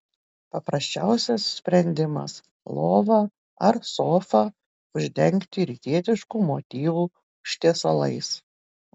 paprasčiausias sprendimas lovą ar sofą uždengti rytietiškų motyvų užtiesalais